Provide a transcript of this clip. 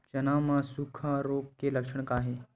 चना म सुखा रोग के लक्षण का हे?